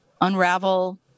unravel